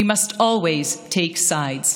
We must always take sides".